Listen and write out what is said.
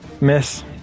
Miss